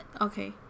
Okay